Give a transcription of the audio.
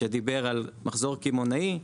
שדיבר על מחזור קמעונאי,